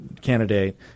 candidate